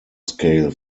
scale